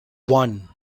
one